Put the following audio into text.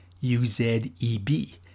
U-Z-E-B